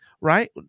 right